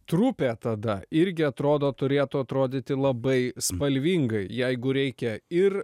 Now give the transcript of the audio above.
trupė tada irgi atrodo turėtų atrodyti labai spalvingai jeigu reikia ir